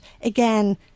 again